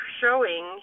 showing